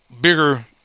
bigger